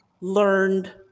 learned